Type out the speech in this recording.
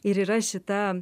ir yra šita